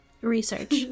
research